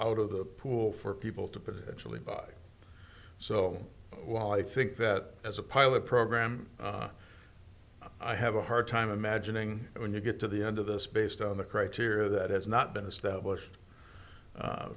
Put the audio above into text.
out of the pool for people to put julie by so while i think that as a pilot program i have a hard time imagining it when you get to the end of this based on the criteria that has not been established